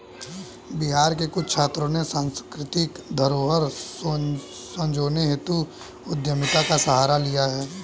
बिहार के कुछ छात्रों ने सांस्कृतिक धरोहर संजोने हेतु उद्यमिता का सहारा लिया है